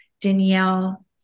Danielle